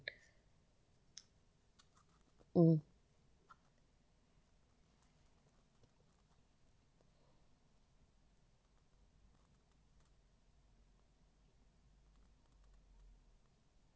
mm